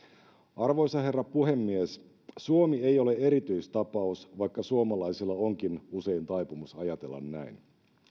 arvoisa herra puhemies suomi ei ole erityistapaus vaikka suomalaisilla onkin usein taipumus ajatella näin